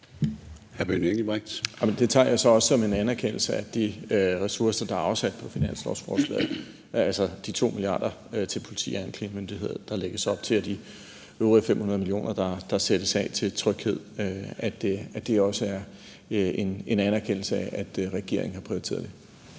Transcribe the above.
Det tager jeg så også som en anerkendelse i forhold til de ressourcer, der er afsat på finanslovsforslaget, altså de 2 mia. kr. til politi- og anklagemyndigheden, der lægges op til, og de øvrige 500 mio. kr., der sættes af til tryghed, altså at det også er en anerkendelse af, at regeringen har prioriteret det.